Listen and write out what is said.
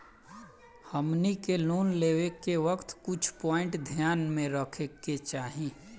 हमनी के लोन लेवे के वक्त कुछ प्वाइंट ध्यान में रखे के चाही